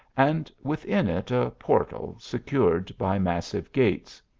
and within it a portal secured by massive gates.